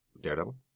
Daredevil